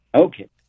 Okay